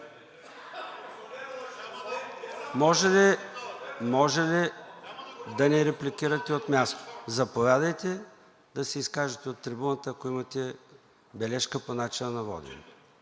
може ли да не репликирате от място? Заповядайте да се изкажете от трибуната, ако имате бележка по начина на водене.